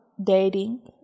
dating